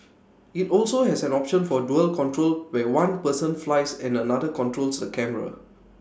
IT also has an option for dual control where one person flies and another controls the camera